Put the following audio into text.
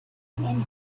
anything